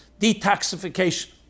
detoxification